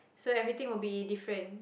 so everything will be different